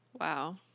Wow